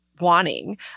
Wanting